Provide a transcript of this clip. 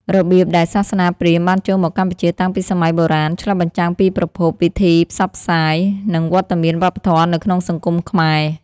របៀបដែលសាសនាព្រាហ្មណ៍បានចូលមកកម្ពុជាតាំងពីសម័យបុរាណ ឆ្លុះបញ្ចាំងពីប្រភព វិធីផ្សព្វផ្សាយ និងវត្តមានវប្បធម៌នៅក្នុងសង្គមខ្មែរ។